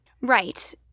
Right